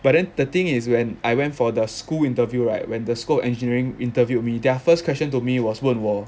but then the thing is when I went for the school interview right when the scope engineering interviewed me their first question to me was 问我